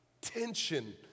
tension